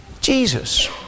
Jesus